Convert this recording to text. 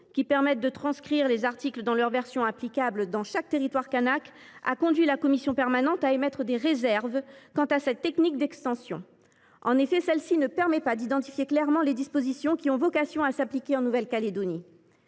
qui permettent de transcrire les articles dans leur version applicable dans chaque territoire kanak, a conduit la commission permanente à émettre des réserves quant à cette technique d’extension. En effet, celle ci ne permet pas d’identifier clairement les dispositions qui ont vocation à s’appliquer en Nouvelle Calédonie.